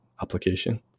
application